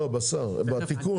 לא, בשר, בתיקון.